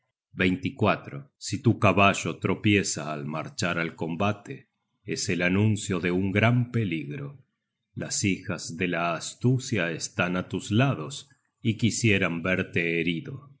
rayo si tu caballo tropieza al marchar al combate es el anuncio de un gran peligro las hijas de la astucia están á tus lados y quisieran verte herido